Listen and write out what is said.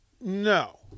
No